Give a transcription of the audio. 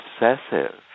obsessive